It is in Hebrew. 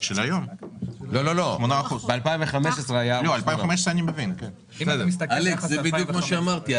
זה בדיוק מה שאמרתי.